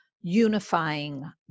unifying